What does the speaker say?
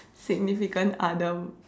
significant other